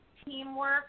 teamwork